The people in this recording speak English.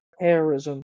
terrorism